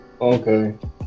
Okay